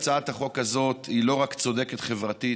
הצעת החוק הזאת היא לא רק צודקת חברתית